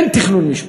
אין תכנון משפחה,